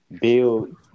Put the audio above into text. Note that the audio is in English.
build